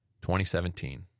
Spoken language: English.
2017